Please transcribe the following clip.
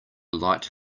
light